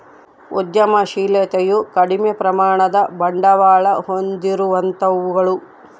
ಉದ್ಯಮಶಿಲತೆಯು ಕಡಿಮೆ ಪ್ರಮಾಣದ ಬಂಡವಾಳ ಹೊಂದಿರುವಂತವುಗಳು